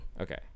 Okay